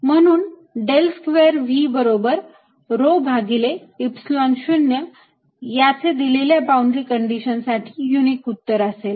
म्हणून del square V बरोबर rho भागिले Epsilon 0 याचे दिलेल्या बाउंड्री कंडीशन साठी युनिक उत्तर असेल